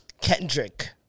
Kendrick